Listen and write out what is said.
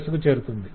దశ కు చేరుతుంది